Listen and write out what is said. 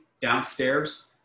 downstairs